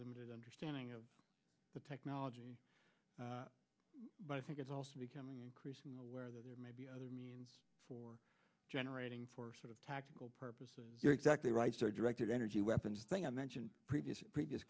limited understanding of the technology but i think it's also becoming increasingly aware that there may be other means for generating for sort of tactical purposes you're exactly right directed energy weapons thing i mentioned previously previous